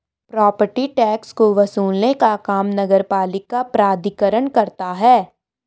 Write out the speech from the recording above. property tax को वसूलने का काम नगरपालिका प्राधिकरण करता है